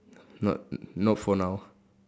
not not for now